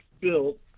built